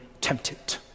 tempted